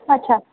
अच्छा